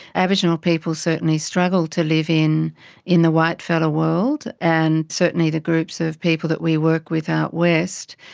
aboriginal people certainly struggle to live in in the white fella world, and certainly the groups of people that we work with out west,